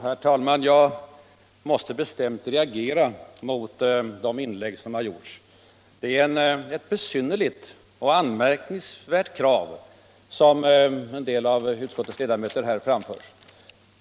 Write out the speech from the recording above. Herr talman! Jag måste bestämt reagera mot de inlägg som här har gjorts. Det är ett besynnerligt och anmärkningsvärt krav som en del av utskottets ledamöter här framfört.